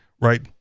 right